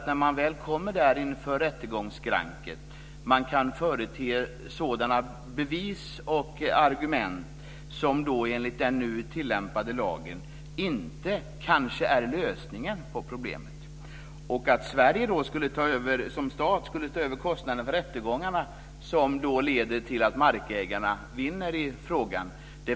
När man väl kommer inför rättegångsskranket företer man sådana bevis och argument som enligt den nu tillämpade lagen inte är lösningen på problemet. Jag förstår inte Miljöpartiets lösning att Sverige som stat skulle ta över kostnaderna för rättegångarna - som leder till att markägarna vinner i frågan.